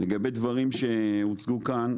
לגבי דברים שהוצגו כאן,